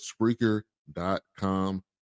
Spreaker.com